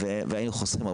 היינו חוסכים כסף.